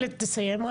תסיים.